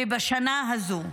וגם בשנה הזו.